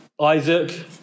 Isaac